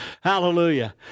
Hallelujah